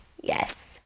Yes